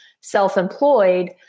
self-employed